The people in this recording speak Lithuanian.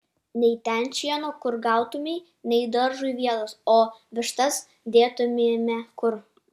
nei ten šieno kur gautumei nei daržui vietos o vištas dėtumėme kur